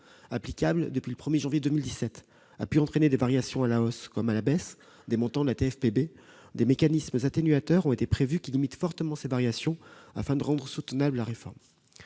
applicable depuis le 1janvier 2017, a pu entraîner des variations à la hausse comme à la baisse des montants de TFPB, des mécanismes atténuateurs ont été prévus : ils limitent fortement ces variations, afin de rendre soutenable la réforme.